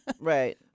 Right